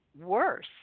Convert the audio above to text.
worse